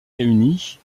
réunies